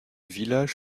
village